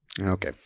Okay